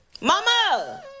Mama